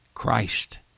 Christ